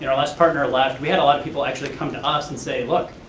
you know last partner left, we had a lot of people actually come to us and say, look,